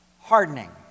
hardening